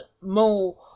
more